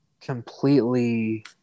completely